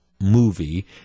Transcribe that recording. movie